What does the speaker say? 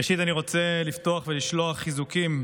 ראשית אני רוצה לפתוח ולשלוח חיזוקים